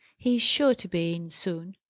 he is sure to be in soon.